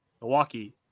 Milwaukee